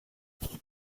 eight